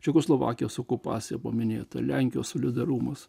čekoslovakijos okupacija buvo minėta lenkijos solidarumas